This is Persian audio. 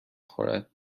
خورد